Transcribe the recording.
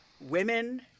women